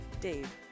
Dave